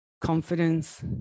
confidence